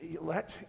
let